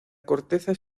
corteza